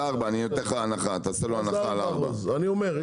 ארבעה אחוז אני אתן לך הנחה --- אז אני אומר,